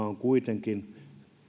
on kuitenkin